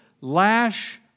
Lash